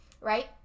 right